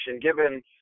given